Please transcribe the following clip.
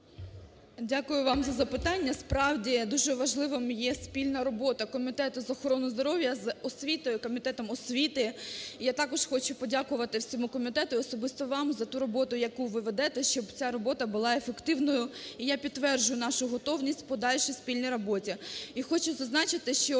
Дяку вам за запитання. Справді, дуже важливим є спільна робота Комітету з охорони здоров'я з освітою і з Комітетом освіти. Я також хочу подякувати всьому комітету і особисто вам за ту роботу, яку ви ведете, щоб ця робота була ефективною. І я підтверджу нашу готовність в подальшій спільні роботі. І хочу зазначити, що